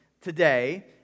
today